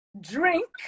drink